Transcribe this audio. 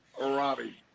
Robbie